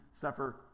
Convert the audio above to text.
suffer